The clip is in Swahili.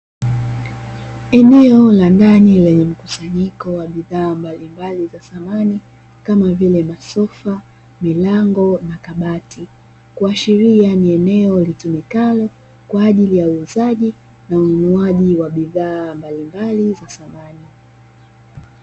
Eneo la ndani lenye mkusanyiko wa bidhaa mbalimbali za samani kama vile; masofa , milango na kabati, kuashiria ni eneo litumikalo kwa ajili ya uuzaji na ununuaji wa bidhaa mbalimbali za samani.